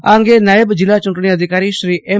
આ અંગે નાયબ જીલ્લા ચુંટણી અધિકારી શ્રી એમ